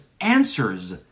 answers